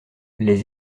les